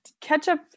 ketchup